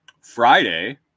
friday